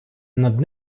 над